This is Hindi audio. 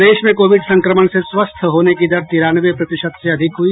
प्रदेश में कोविड संक्रमण से स्वस्थ होने की दर तिरानवे प्रतिशत से अधिक हुई